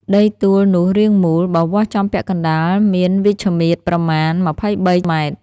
ដីទួលនោះរាងមូល បើវាស់ចំពាក់កណ្ដាល មានវិជ្ឈមាត្រប្រមាណ ២៣.០០ម។